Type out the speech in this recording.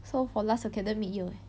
so for last academic year eh